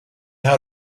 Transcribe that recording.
how